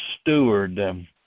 steward